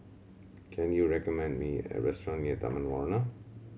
can you recommend me a restaurant near Taman Warna